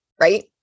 right